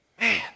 man